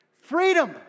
freedom